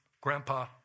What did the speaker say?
Grandpa